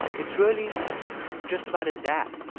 it's really just about his dad,